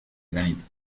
granito